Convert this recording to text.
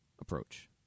approach